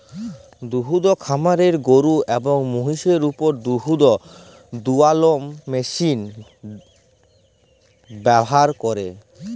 দুহুদ খামারে গরু এবং মহিষদের উপর দুহুদ দুয়ালোর মেশিল ব্যাভার ক্যরে